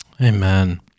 Amen